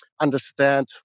understand